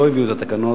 ולא הביאו את התקנות.